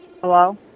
Hello